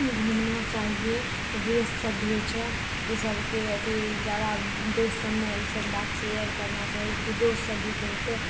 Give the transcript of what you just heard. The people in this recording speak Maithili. घुमना चाहिए रेस सभ भी होइ छै ई सभके अथी जादा दोस्त सभमे ई सभ बात शेयर करना चाही कि दोस्त सभ भी घुमतै